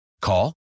Call